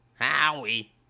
Howie